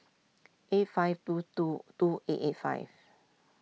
eight five two two two eight eight five